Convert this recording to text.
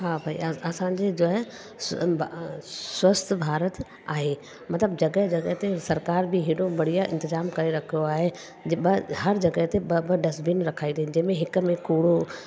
हा भई असांजे जो आहे स्वस्थ्य भारत आहे मतलबु जॻह जॻह ते सरकार बि हेॾो बढ़िया इंतिज़ाम करे रखियो आहे जे ॿाहिरि हर जॻह ते ॿ ॿ ड्स्टबिन रखाइजनि जंहिं में हिकु में कुड़ो